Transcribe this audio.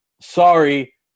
sorry